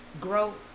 Growth